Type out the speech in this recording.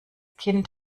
kind